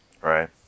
Right